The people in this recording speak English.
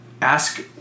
ask